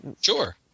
Sure